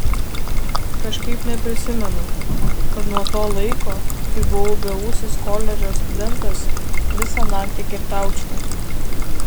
kažkaip neprisimenu kad nuo to laiko kai buvau beūsis koledžo studentas visą naktį girtaučiau